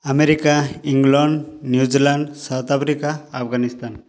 America England New Zealand South Africa Afghanistan